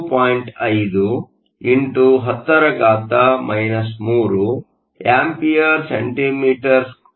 5 x 10 3 A cm 2 ಆಗಿದೆ